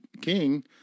king